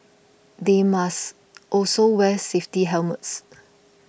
they must also wear safety helmets